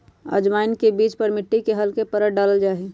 अजवाइन के बीज पर मिट्टी के हल्के परत डाल्ल जाहई